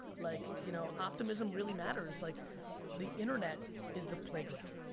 like you know optimism really matters. like the internet is the playground,